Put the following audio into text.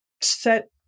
set